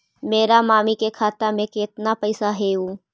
मेरा मामी के खाता में कितना पैसा हेउ?